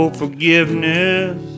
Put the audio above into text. forgiveness